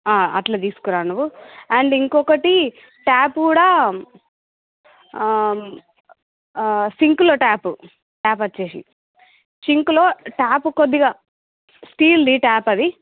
అట్లా తీసుకురా నువ్వు అండ్ ఇంకొకటి ట్యాప్ కూడా సింకులో ట్యాప్ ట్యాప్ వచ్చేసి సింకులో ట్యాప్ కొద్దిగా స్టీల్ది ట్యాప్ అది